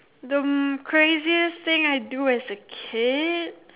the craziest thing I do as a kid